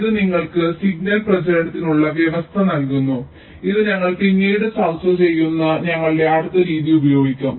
ഇത് നിങ്ങൾക്ക് സിഗ്നൽ പ്രചരണത്തിനുള്ള വ്യവസ്ഥ നൽകുന്നു ഇത് ഞങ്ങൾ പിന്നീട് ചർച്ച ചെയ്യുന്ന ഞങ്ങളുടെ അടുത്ത രീതി ഉപയോഗിക്കും